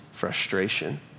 frustration